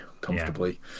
comfortably